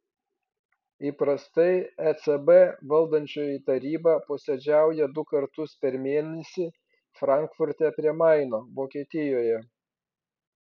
įprastai ecb valdančioji taryba posėdžiauja du kartus per mėnesį frankfurte prie maino vokietijoje